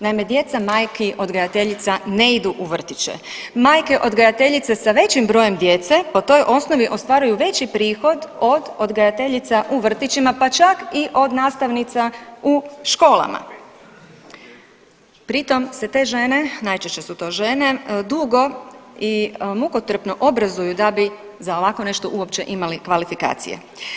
Naime, djeca majki odgajateljica ne idu u vrtiće, majke odgajateljice sa većim brojem djece po toj osnovi ostvaruju veći prihod od odgojiteljica u vrtićima, pa čak i od nastavnica u škola, pri tom se te žene, najčešće su to žene dugo i mukotrpno obrazuju da bi za ovako nešto uopće imali kvalifikacije.